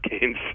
games